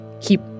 keep